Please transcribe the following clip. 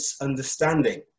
understanding